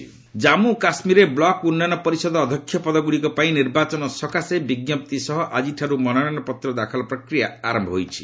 J and K BDC polls Jammu କାଶ୍ମୀରରେ block ଉନ୍ନୟନ ପରିଷଦ ଅଧ୍ୟକ୍ଷ ପଦ ଗୁଡିକ ପାଇଁ ନିର୍ବାଚନ ସକାଶେ ବିଜ୍ଞପ୍ତି ସହ ଆଜିଠାରୁ ମନୋନୟନପତ୍ର ଦାଖଲ ପ୍ରକ୍ରିୟା ଆରମ୍ଭ ହୋଇଛି